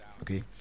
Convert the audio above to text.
okay